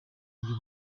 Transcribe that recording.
ibyo